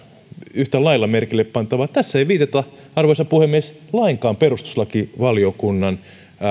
yhtä lailla merkille pantavaa tässä ei viitata arvoisa puhemies lainkaan perustuslakivaliokunnan